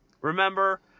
Remember